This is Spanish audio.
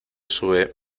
sube